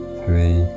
three